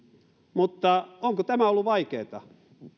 mutta onko tämä ollut vaikeata